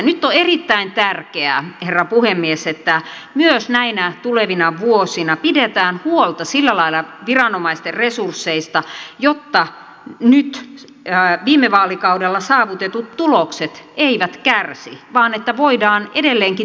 nyt on erittäin tärkeää herra puhemies että myös näinä tulevina vuosina pidetään huolta sillä lailla viranomaisten resursseista jotta nyt viime vaalikaudella saavutetut tulokset eivät kärsi vaan että voidaan edelleenkin tehostaa tätä toimintaa